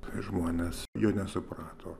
tai žmonės jo nesuprato